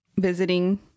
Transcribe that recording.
visiting